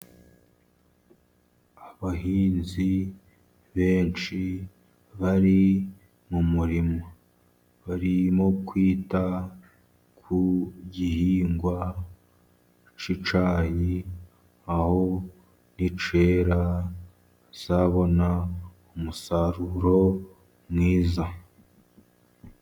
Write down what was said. Abahinzi benshi bari mu murima, barimo kwita ku gihingwa cy'icyayi, aho ni cyera bazabona umusaruro mwiza.